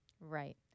Right